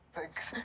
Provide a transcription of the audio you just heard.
Thanks